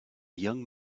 young